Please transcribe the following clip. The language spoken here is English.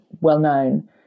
well-known